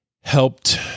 helped